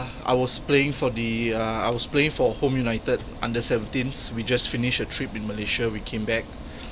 I was playing for the uh I was playing for home united under seventeenth we just finished a trip in malaysia we came back